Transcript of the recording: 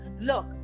look